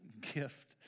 gift